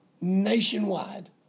nationwide